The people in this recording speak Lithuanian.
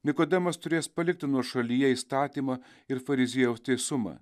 nikodemas turės palikti nuošalyje įstatymą ir fariziejaus teisumą